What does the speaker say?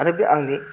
आरो बे आंनि